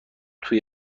توی